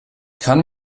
kann